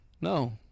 No